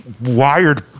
wired